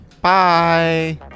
bye